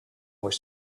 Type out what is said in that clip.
were